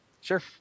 Sure